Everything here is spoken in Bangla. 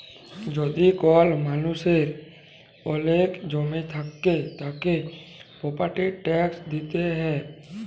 যদি কল মালুষের ওলেক জমি থাক্যে, তাকে প্রপার্টির ট্যাক্স দিতে হ্যয়